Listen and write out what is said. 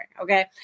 okay